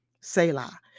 Selah